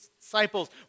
disciples